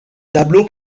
tableaux